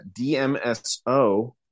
dmso